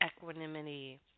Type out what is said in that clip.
equanimity